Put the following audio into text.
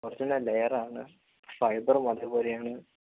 original layer ആണ് ഫൈബറും അതെപോലെയാണ്